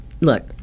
Look